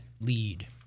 lead